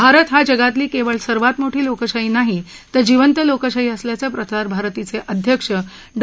भारत ही जगातली केवळ सर्वात मोठी लोकशाही नाही तर जिवंत लोकशाही असल्याचं प्रसार भारतीचे अध्यक्ष डॉ